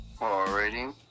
Alrighty